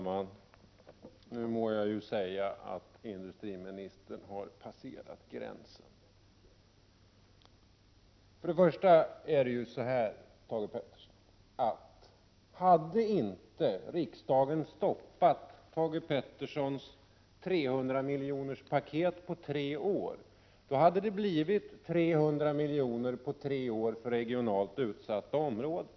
Herr talman! Jag må säga att industriministern nu har passerat gränsen. För det första vill jag framhålla följande, Thage G Peterson. Om riksdagen inte hade stoppat Thage G Petersons 300-miljonerspaket för en treårsperiod, hade det blivit ett tillskott om 300 milj.kr. under en treårsperiod till regionalt utsatta områden.